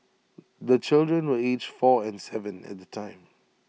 the children were aged four and Seven at the time